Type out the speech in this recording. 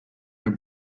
her